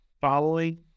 following